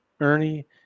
Ernie